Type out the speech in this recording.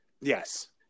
Yes